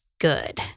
good